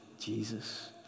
Jesus